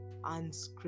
unscripted